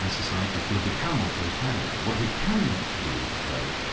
ah society will become authoritarian. what we can do though,